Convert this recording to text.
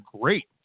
great